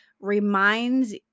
reminds